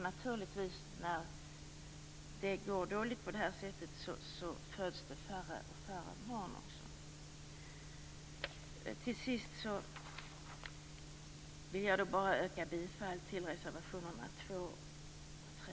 När det går så här dåligt föds det naturligtvis också färre och färre barn. Jag yrkar bifall till reservationerna 2 och 3.